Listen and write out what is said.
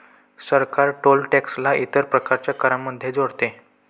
सरकार toll tax ला इतर प्रकारच्या करांमध्ये जोडते